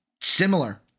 Similar